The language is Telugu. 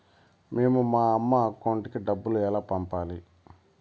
మేము మా అమ్మ అకౌంట్ కి డబ్బులు ఎలా పంపాలి